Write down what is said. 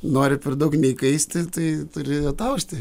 nori per daug neįkaisti tai turi ataušti